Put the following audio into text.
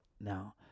now